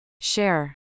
Share